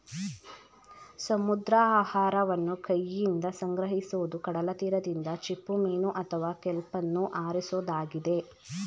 ಸಮುದ್ರಾಹಾರವನ್ನು ಕೈಯಿಂದ ಸಂಗ್ರಹಿಸೋದು ಕಡಲತೀರದಿಂದ ಚಿಪ್ಪುಮೀನು ಅಥವಾ ಕೆಲ್ಪನ್ನು ಆರಿಸೋದಾಗಿದೆ